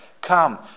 Come